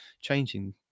changing